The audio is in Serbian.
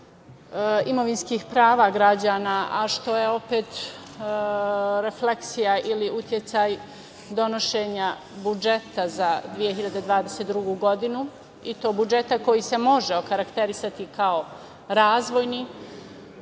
imovinskih prava građana, a što je opet refleksija ili uticaj donošenja budžeta za 2022. godinu, i to budžeta koji se može okarakterisati kao razvojni,